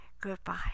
Goodbye